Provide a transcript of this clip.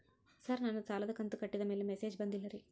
sir ನನ್ನ ಸಾಲದ ಕಂತು ಕಟ್ಟಿದಮೇಲೆ ಮೆಸೇಜ್ ಬಂದಿಲ್ಲ ರೇ